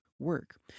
work